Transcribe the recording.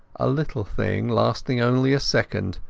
a little thing, lasting only a second,